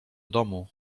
domu